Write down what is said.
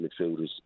midfielders